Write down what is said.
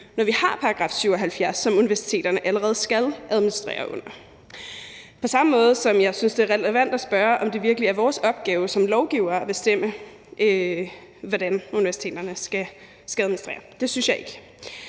når vi har § 77, som universiteterne allerede skal administrere under – på samme måde, som jeg synes, det er relevant at spørge, om det virkelig er vores opgave som lovgivere at bestemme, hvordan universiteterne skal administrere. Det synes jeg ikke.